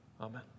amen